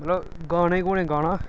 मतलब गाने गूने गाना